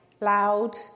loud